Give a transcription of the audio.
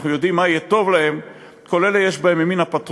אנחנו יודעים מה יהיה טוב להם" כל אלה יש בהם מן הפטרונות,